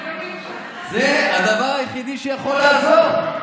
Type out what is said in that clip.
זה הדבר היחידי שיכול לעזור.